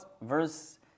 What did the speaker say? verse